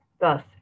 Thus